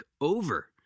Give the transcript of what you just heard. over